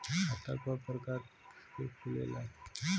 खाता क प्रकार के खुलेला?